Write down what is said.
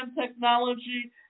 technology